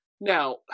Now